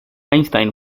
einstein